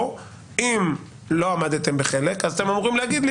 או שאם לא עמדתם בחלק אתם אמורים להגיד לי: